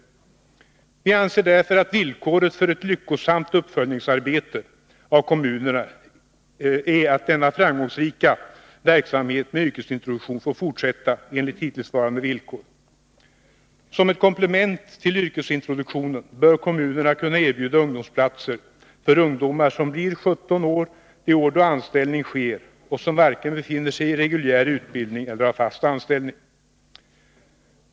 Vi anser därför att villkoret för ett lyckosamt uppföljningsarbete av kommunerna är att denna framgångsrika verksamhet med yrkesintroduktion får fortsätta enligt hittillsvarande regler. Som ett komplement till yrkesintroduktionen bör kommunerna kunna erbjuda ungdomsplatser för ungdomar som blir 17 år det år då änställning sker och som varken befinner sig i reguljär utbildning eller har fast anställning.